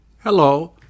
Hello